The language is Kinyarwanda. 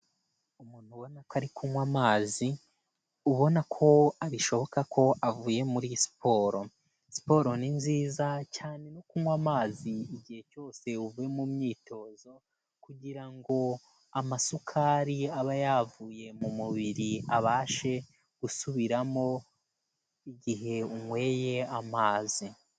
Umuntu ubona ko ari kunywa amazi, ubona ko bishoboka ko avuye muri siporo. Siporo ni nziza, cyane no kunywa amazi igihe cyose uvuye mu myitozo kugira ngo amasukari aba yavuye mu mubiri abashe gusubiramo, igihe unyweye amazi.